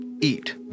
Eat